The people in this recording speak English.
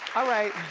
all right,